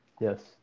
Yes